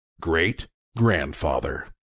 great-grandfather